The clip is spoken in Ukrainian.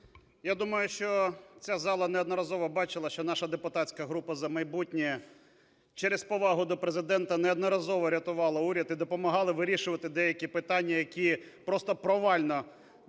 я думаю, що ця зала неодноразово бачила, що наша депутатська група "За майбутнє" через повагу до Президента неодноразово рятувала уряд і допомагала вирішувати деякі питання, які просто провально йшли